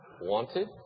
wanted